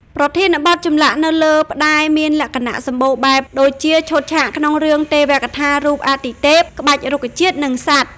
ប្រធានបទចម្លាក់នៅលើផ្តែរមានលក្ខណៈសម្បូរបែប ដូចជា ឈុតឆាកក្នុងរឿងទេវកថា រូបអាទិទេព ក្បាច់រុក្ខជាតិ និងសត្វ។